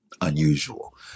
unusual